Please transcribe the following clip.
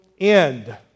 end